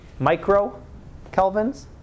microkelvins